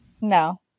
No